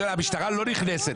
המשטרה לא נכנסת.